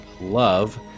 love